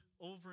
over